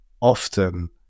often